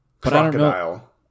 Crocodile